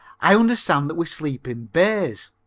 i understand that we sleep in bays.